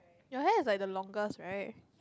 your hair is like the longest right